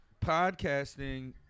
podcasting